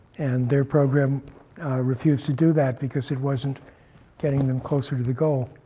and their program refused to do that because it wasn't getting them closer to the goal.